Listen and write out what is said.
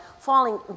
falling